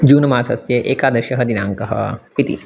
जून् मासस्य एकादशः दिनाङ्कः इति